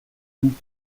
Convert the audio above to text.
coût